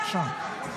בבקשה.